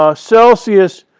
ah celsius.